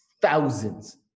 thousands